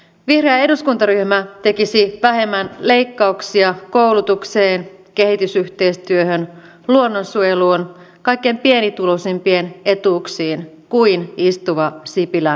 vihreä eduskuntaryhmä tekisi vähemmän leikkauksia koulutukseen kehitysyhteistyöhön luonnonsuojeluun kaikkein pienituloisimpien etuuksiin kuin istuva sipilän hallitus